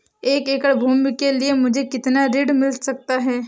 एक एकड़ भूमि के लिए मुझे कितना ऋण मिल सकता है?